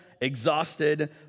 exhausted